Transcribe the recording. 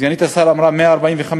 סגנית השר אמרה 145,